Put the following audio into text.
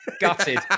Gutted